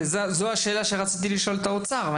וזו השאלה שרציתי לשאול את האוצר.